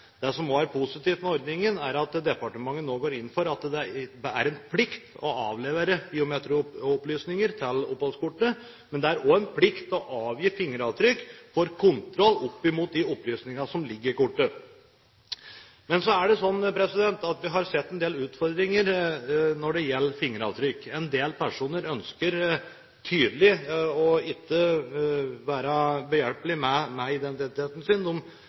Det som også er positivt med ordningen, er at departementet nå går inn for at det skal være en plikt å avlevere biometriopplysninger til oppholdskortet. Men det er også en plikt å avgi fingeravtrykk for kontroll opp mot de opplysningene som ligger i kortet. Men så har vi sett en del utfordringer når det gjelder fingeravtrykk. En del personer ønsker tydeligvis ikke å være behjelpelige med